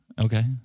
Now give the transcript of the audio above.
Okay